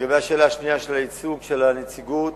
לגבי השאלה השנייה, של הייצוג, הנציגות,